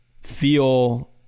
feel –